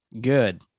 Good